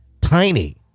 Tiny